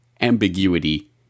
ambiguity